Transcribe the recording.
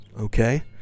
Okay